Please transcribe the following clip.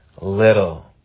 little